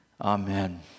Amen